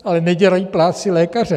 Ale nedělají práci lékaře.